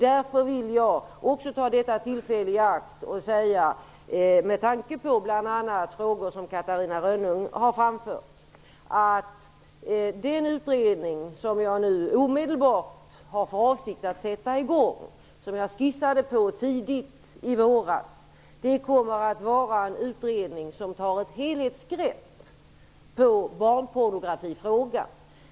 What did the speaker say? Därför vill jag också ta detta tillfälle i akt och säga, bl.a. med tanke på de frågor som Catarina Rönnung har framfört, att den utredning som jag har för avsikt att sätta i gång omedelbart kommer att ta ett helhetsgrepp på barnpornografifrågan. Jag skissade på den utredningen tidigt i våras.